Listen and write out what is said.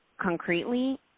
concretely